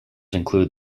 include